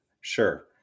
Sure